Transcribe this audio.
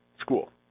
school